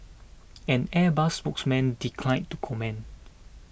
an Airbus spokesman declined to comment